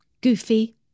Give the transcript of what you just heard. Goofy